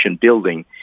building